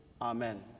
Amen